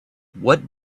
what